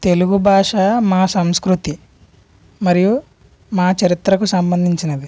తెలుగు భాష మా సంస్కృతి మరియు మా చరిత్రకు సంబంధించినది